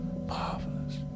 marvelous